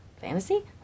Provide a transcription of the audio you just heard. Fantasy